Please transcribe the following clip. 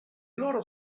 loro